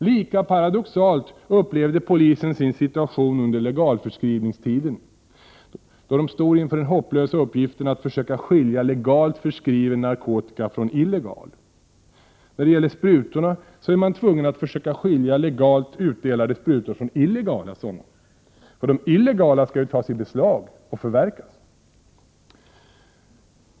Lika paradoxalt upplevde polisen sin situation under legalförskrivningstiden, då den stod inför den hopplösa uppgiften att försöka skilja legalt förskriven narkotika från illegal. När det gäller sprutorna är man tvungen att försöka skilja legalt utdelade sprutor från illegala sådana. De illegala skall ju tas i beslag och förverkas.